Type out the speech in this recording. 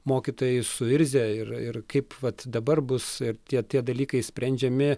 mokytojai suirzę ir ir kaip vat dabar bus ir tie tie dalykai sprendžiami